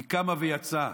קמה ויצאה.